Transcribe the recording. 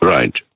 Right